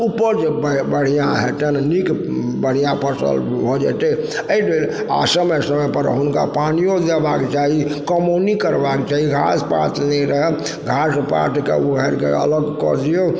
उपज ब बढ़िआँ हेतनि नीक बढ़िआँ फसल भऽ जेतय अइ बेर आओर समय समयपर हुनका पानियो देबाके चाही कमौनी करबाके चाही घास पात नहि रहय घास पातके उपारिके अलग कऽ दियौ